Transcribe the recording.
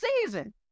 season